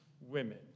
women